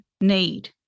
need